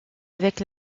avec